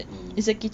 mm